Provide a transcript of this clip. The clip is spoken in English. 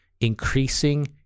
Increasing